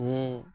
ᱡᱮ